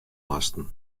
moasten